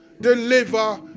deliver